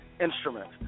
instrument